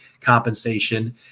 compensation